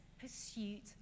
pursuit